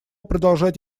продолжать